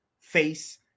face